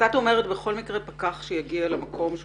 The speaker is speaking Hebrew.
את אומרת שבכל מקרה פקח שיגיע למקום שהוא